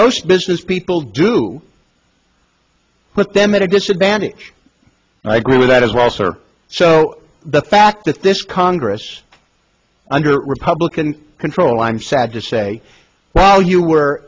most businesspeople do put them at a disadvantage i agree with that is also or so the fact that this congress under republican control i'm sad to say well you were